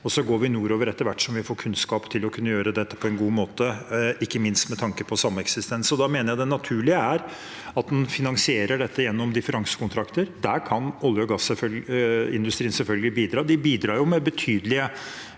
og så går vi nordover etter hvert som vi får kunnskap til å kunne gjøre dette på en god måte, ikke minst med tanke på sameksistens. Da mener jeg det naturlige er at en finansierer dette gjennom differansekontrakter. Der kan selvfølgelig olje- og gassindustrien bidra. De bidrar jo med betydelige